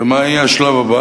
מה יהיה השלב הבא?